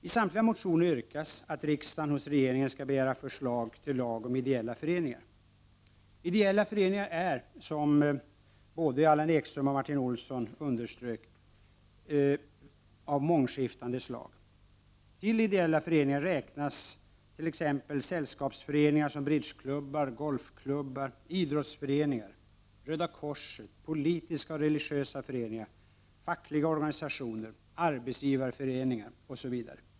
I samtliga motioner yrkas att riksdagen hos regeringen skall begära förslag till lag om ideella föreningar. Ideella föreningar är, som både Martin Olsson och Allan Ekström underströk, av mångskiftande slag. Till ideella föreningar räknas t.ex. sällskapsföreningar som bridgeklubbar, golfklubbar, idrottsföreningar, Röda korset, politiska och religiösa föreningar, fackliga organisationer, arbetsgivarföreningar osv.